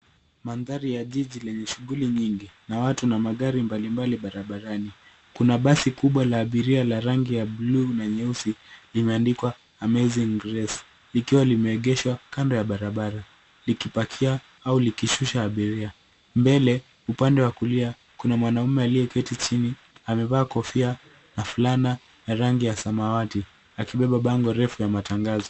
Mandhari ya jiji lenye shughuli nyingi na watu na magari mbalimbali barabarani. Kuna basi kubwa la abiria la rangi ya bluu na nyeusi limeandikwa Amazing Grace , likiwa limeegeshwa kando ya barabara, likipakia au likishusha abiria. Mbele upande wa kulia kuna mwanaume aliye keti chini, amevaa kofia na fulana ya rangi ya samawati, akibeba bango refu ya matangazo.